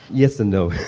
yes and no.